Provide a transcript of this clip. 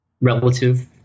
relative